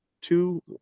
two